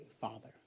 Father